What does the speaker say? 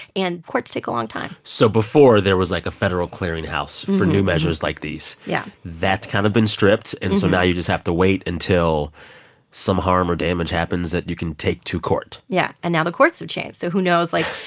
and courts take a long time so before there was, like, a federal clearinghouse for new measures like these yeah that's kind of been stripped. and so now you just have to wait until some harm or damage happens that you can take to court yeah. and now the courts have changed. so who knows, like,